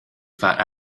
fat